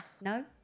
No